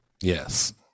Yes